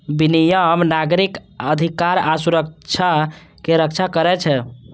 विनियम नागरिक अधिकार आ सुरक्षा के रक्षा करै छै